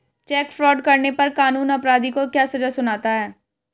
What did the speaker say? Check fraud करने पर कानून अपराधी को क्या सजा सुनाता है?